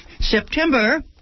September